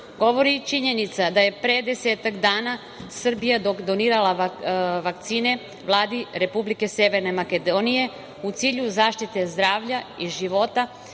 govori i činjenica da je pre desetak dana Srbija donirala vakcine Vladi Republike Severna Makedonija u cilju zaštite zdravlja i života